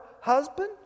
husband